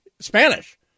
Spanish